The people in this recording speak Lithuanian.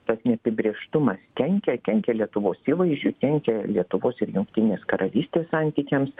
tas neapibrėžtumas kenkia kenkia lietuvos įvaizdžiui kenkia lietuvos ir jungtinės karalystės santykiams